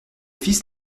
fils